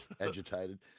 agitated